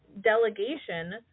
delegation